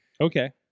Okay